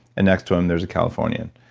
and next to him there's a californian.